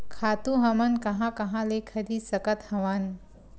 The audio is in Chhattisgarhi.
खातु हमन कहां कहा ले खरीद सकत हवन?